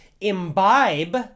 Imbibe